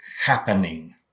happening